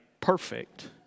perfect